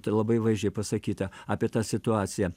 tai labai vaizdžiai pasakyta apie tą situaciją